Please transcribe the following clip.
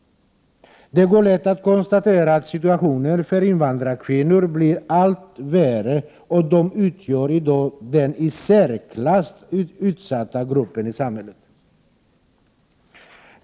Det är lätt att konstatera att situationen för invandrarkvinnor blir allt värre, och de utgör i dag den i särklass mest utsatta gruppen i samhället.